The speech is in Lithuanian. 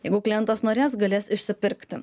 jeigu klientas norės galės išsipirkti